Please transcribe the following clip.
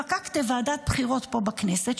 פקקטה ועדת בחירות פה בכנסת,